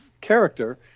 character